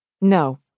No